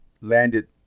landed